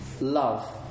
love